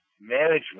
management